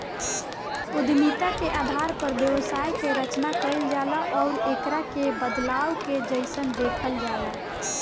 उद्यमिता के आधार पर व्यवसाय के रचना कईल जाला आउर एकरा के बदलाव के जइसन देखल जाला